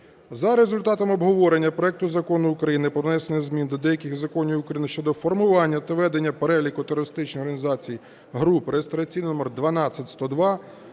За результатами обговорення проекту Закону України про внесення змін до деяких законів України щодо формування та ведення переліку терористичних організацій (груп) (реєстраційний номер 12102),